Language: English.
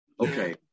Okay